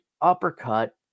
uppercut